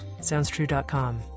SoundsTrue.com